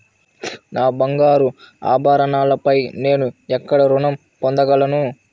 నా బంగారు ఆభరణాలపై నేను ఎక్కడ రుణం పొందగలను?